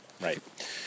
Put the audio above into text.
Right